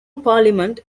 parliament